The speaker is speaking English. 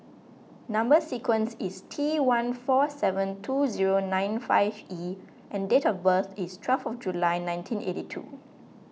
Number Sequence is T one four seven two zero nine five E and date of birth is twelve July nineteen eighty two